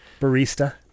barista